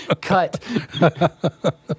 Cut